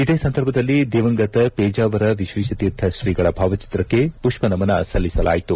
ಇದೇ ಸಂದರ್ಭದಲ್ಲಿ ದಿವಂಗತ ಪೇಜಾವರ ವಿಶ್ವೇಶತೀರ್ಥ ಶ್ರೀಗಳ ಭಾವಚಿತ್ರಕ್ಕೆ ಪುಷ್ಪನಮನ ಸಲ್ಲಿಸಲಾಯಿತು